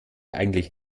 eigentlich